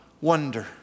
wonder